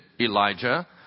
Elijah